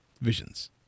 Visions